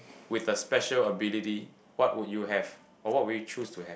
with the special ability what would you have or what would you choose to have